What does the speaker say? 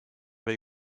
või